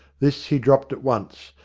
this he dropped at once,